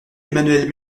emmanuelle